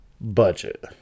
budget